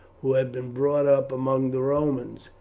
who had been brought up among the romans,